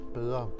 bedre